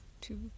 two